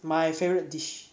my favorite dish